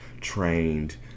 trained